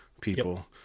people